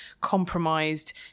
compromised